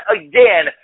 again